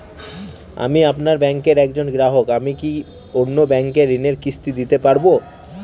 আমি আপনার ব্যাঙ্কের একজন গ্রাহক আমি কি অন্য ব্যাঙ্কে ঋণের কিস্তি দিতে পারবো?